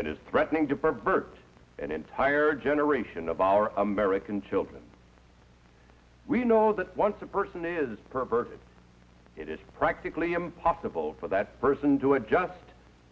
it is threatening to pervert an entire generation of our american children we know that once a person is perfect it is practically impossible for that person to adjust